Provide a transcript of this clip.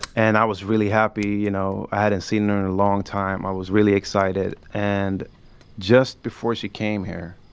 and i was really happy, you know? i hadn't seen her in a long time. i was really excited. and just before she came here,